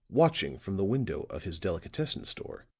watching from the window of his delicatessen store,